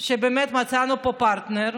באמת מצאנו סוף-סוף פרטנר.